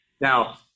now